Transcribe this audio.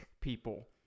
people